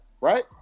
right